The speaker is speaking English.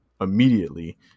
immediately